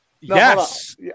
Yes